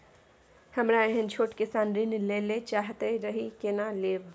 हमरा एहन छोट किसान ऋण लैले चाहैत रहि केना लेब?